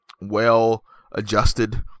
well-adjusted